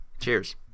Cheers